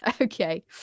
Okay